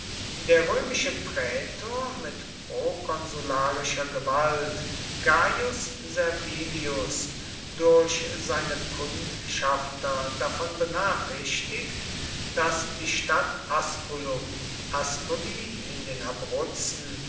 der römische prätor mit prokonsularischer gewalt gaius servilius durch seine kundschafter davon benachrichtigt daß die stadt asculum ascoli in den abruzzen